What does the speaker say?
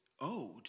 owed